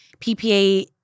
PPA